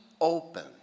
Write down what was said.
open